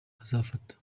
azafata